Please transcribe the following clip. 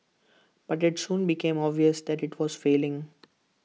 but IT soon became obvious that IT was failing